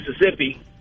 Mississippi